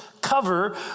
cover